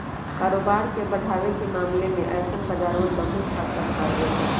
कारोबार के बढ़ावे के मामले में ऐसन बाजारवन बहुत हद तक कारगर हई